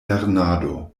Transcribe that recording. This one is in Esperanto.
lernado